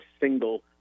single